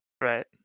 Right